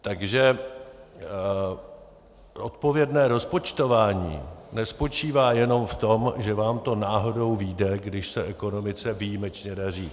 Takže odpovědné rozpočtování nespočívá jenom v tom, že nám to náhodou vyjde, když se ekonomice výjimečně daří.